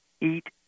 eat